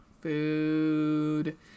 Food